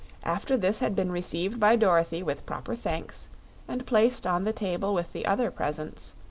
after this had been received by dorothy with proper thanks and placed on the table with the other presents,